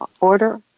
order